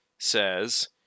says